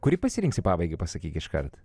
kurį pasirinksi pabaigai pasakyk iškart